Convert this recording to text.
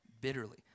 bitterly